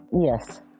Yes